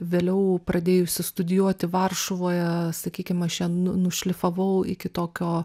vėliau pradėjusi studijuoti varšuvoje sakykim aš ją nušlifavau iki tokio